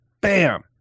bam